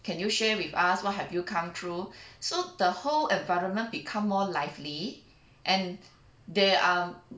can you share with us what have you come through so the whole environment become more lively and they are